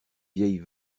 vieille